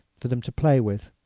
for them to play with.